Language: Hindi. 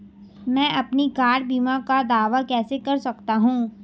मैं अपनी कार बीमा का दावा कैसे कर सकता हूं?